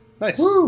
Nice